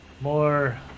More